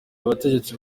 abategetsi